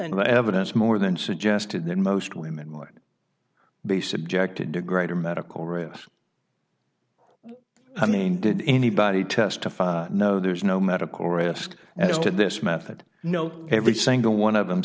the evidence more than suggested then most women would be subjected to greater medical risk i mean did anybody testify know there's no medical risk as to this method no every single one of them